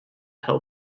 help